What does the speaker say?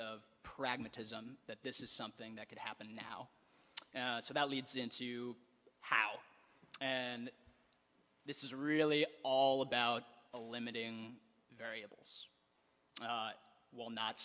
of pragmatism that this is something that could happen now so that leads into how and this is really all about a limiting variables while not